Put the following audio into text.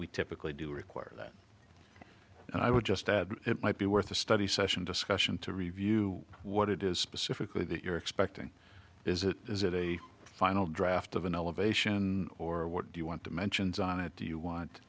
typically do require that i would just add it might be worth a study session discussion to review what it is specifically that you're expecting is it is it a final draft of an elevation or what do you want to mentions on it do you want